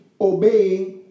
obeying